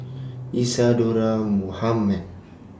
Isadhora Mohamed